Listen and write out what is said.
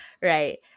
right